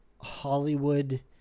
hollywood